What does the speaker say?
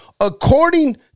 according